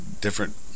different